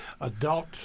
adult